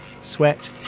Sweat